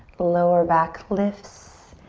lower back lifts.